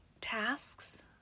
tasks